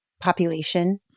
population